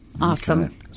Awesome